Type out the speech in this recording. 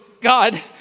God